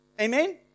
Amen